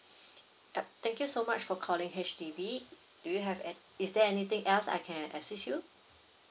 yup thank you so much for calling H_D_B do you have any is there anything else I can assist you